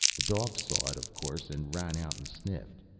the dogs saw it, of course, and ran out and sniffed.